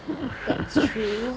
that's true